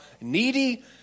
needy